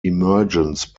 emergence